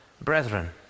brethren